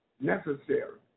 necessary